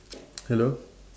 hello